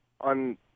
on